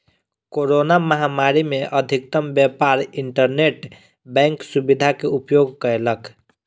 corona महामारी में अधिकतम व्यापार इंटरनेट बैंक सुविधा के उपयोग कयलक